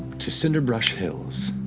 to cinderbrush hills,